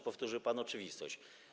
Powtórzył pan oczywistość.